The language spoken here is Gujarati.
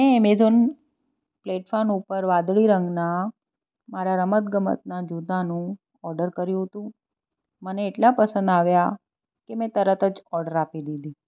મેં એમેઝોન પ્લેટફર્મ ઉપર વાદળી રંગના મારા રમતગમતના જૂતાનું ઓર્ડર કર્યું હતું મને એટલા પસંદ આવ્યા કે મેં તરત જ ઓર્ડર આપી દીધી